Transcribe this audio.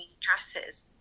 dresses